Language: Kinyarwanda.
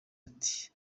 ati